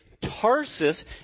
Tarsus